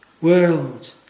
world